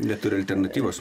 neturi alternatyvos